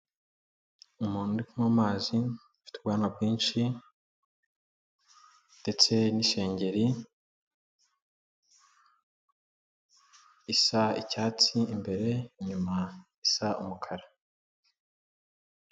Umuntu uri ku nywa mazi afite ubwanwa bwinshi ndetse n'isengengeri isa icyatsi imbere inyuma isa umukara.